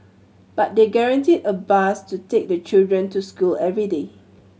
but they guaranteed a bus to take the children to school every day